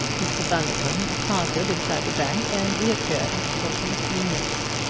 mr. bundercombe departed inside the bank and reappeared in the course of a few moments.